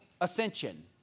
ascension